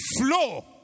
flow